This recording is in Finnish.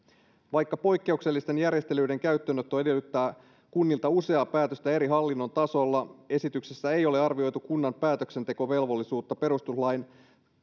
vaikka poikkeuksellisten järjestelyiden käyttöönotto edellyttää kunnilta useaa päätöstä hallinnon eri tasoilla esityksessä ei ole arvioitu kunnan päätöksentekovelvollisuutta perustuslain